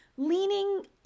Leaning